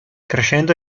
crescendo